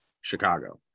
Chicago